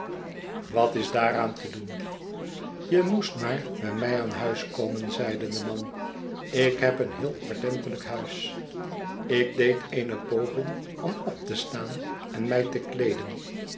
wat is daaraan te doen je moest maar bij mij aan huis komen zeide de man ik heb een heel ordentelijk huis ik deed eene poging om op te staan en mij te kleeden